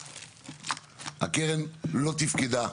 הקרן לא תפקדה,